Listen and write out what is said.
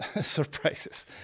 surprises